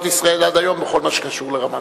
ישראל עד היום בכל מה שקשור לרמת-הגולן.